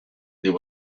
there